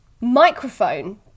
microphone